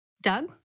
Doug